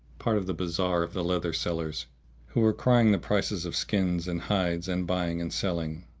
part of the bazaar of the leather sellers who were crying the prices of skins and hides and buying and selling.